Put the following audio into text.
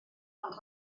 ond